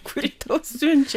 kuri tau siunčia